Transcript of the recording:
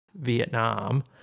vietnam